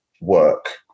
work